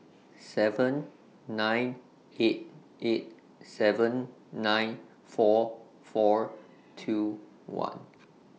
seven nine eight eight seven nine four four two one